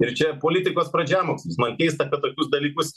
ir čia politikos pradžiamokslis man keista apie tokius dalykus